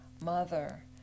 mother